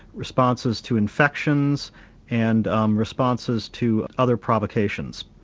responses to infections and um responses to other provocations.